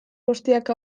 guztiak